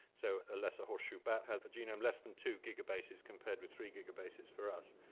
so a lesser horseshoe bat has a genome less than two gigabases, compared with three gigabases for us.